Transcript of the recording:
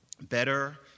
better